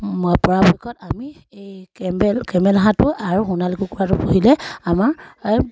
পৰাপক্ষত আমি এই কেমেল কেমেল হাঁহাটো আৰু সোণালী কুকুৰাটো পুহিলে আমাৰ